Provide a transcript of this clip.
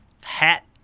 Hat